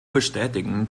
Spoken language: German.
bestätigen